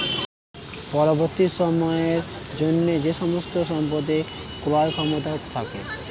পরবর্তী সময়ের জন্য যে সমস্ত সম্পদের ক্রয় ক্ষমতা থাকে